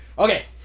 Okay